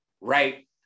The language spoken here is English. right